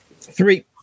Three